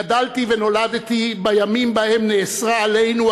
נולדתי וגדלתי בימים שבהם נאסרה עלינו,